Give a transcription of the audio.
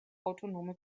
autonome